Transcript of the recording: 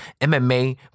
mma